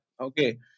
Okay